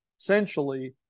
essentially